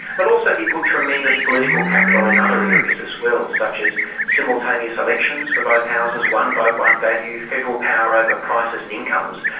but also he put tremendous political capital in other areas as well, such as simultaneous elections for both houses, one vote, one value, federal power over prices and incomes,